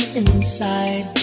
inside